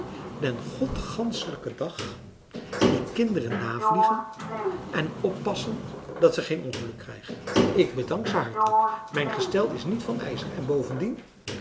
den godsganschelijken dag die kinderen navliegen en oppassen dat ze geen ongeluk krijgen ik bedank ze hartelijk mijn gestel is niet van ijzer en bovendien